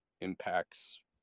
impacts